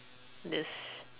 this